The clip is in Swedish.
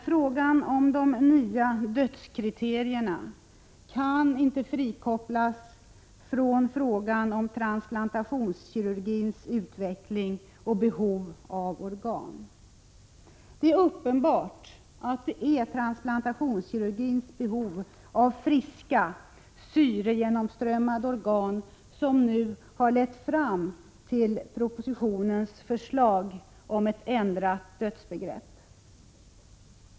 Frågan om de nya dödskriterierna kan inte frikopplas från frågan om transplantationskirurgins utveckling och behov av organ. Det är uppenbart att det är just transplantationskirurgins behov av friska syregenomströmmade organ som nu har lett fram till propositionens förslag om ett ändrat dödsbegrepp.